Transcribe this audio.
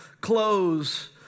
clothes